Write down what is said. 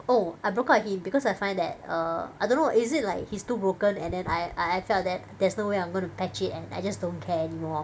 oh I broke up with him because I find that err I don't know is it like he's too broken and then I I I felt that there's no way I'm gonna patch it and I just don't care anymore